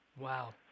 Wow